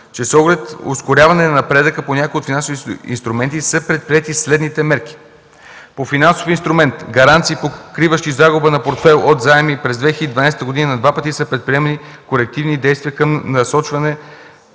че с оглед ускоряване на напредъка по някои от финансовите инструменти са предприети следните мерки: По финансови инструменти гаранции, покриващи загуба на портфейл от заеми, през 2011 г. на два пъти са предприемани корективни действия, насочени